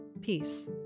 peace